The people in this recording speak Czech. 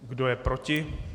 Kdo je proti?